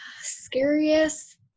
Scariest